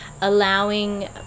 allowing